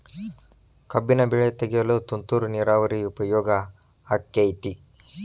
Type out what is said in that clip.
ಕಬ್ಬಿನ ಬೆಳೆ ತೆಗೆಯಲು ತುಂತುರು ನೇರಾವರಿ ಉಪಯೋಗ ಆಕ್ಕೆತ್ತಿ?